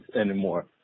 anymore